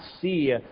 see